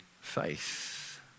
faith